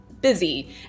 busy